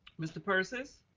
mr. persis.